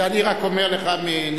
זה, אני רק אומר לך מניסיוני.